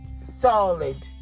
solid